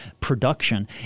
production